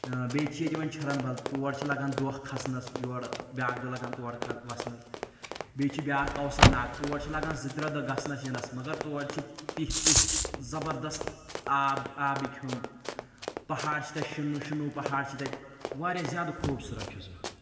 بیٚیہِ چھِ ییٚتہِ یِوان چِھرَن بَل تور چھِ لگان دۄہ کھسنَس یورٕ بیاکھ دۄہ لگان تورٕ کھس وسنَس بیٚیہِ چھِ بیاکھ کوثر ناگ تور چھِ لگان زٕ ترٛےٚ دۄہ گژھنَس یِنس مگر تور چھِ تِتھۍ تِتھۍ زبردست آب آبٕکۍ ہٕم پہاڑ چھِ تتہِ شُنو شُنو پہاڑ چھِ تَتہِ واریاہ زیادٕ خوٗبصوٗرت چھُ سُہ